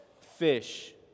Fish